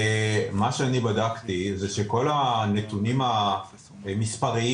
מה שאני בדקתי זה שכל הנתונים המספריים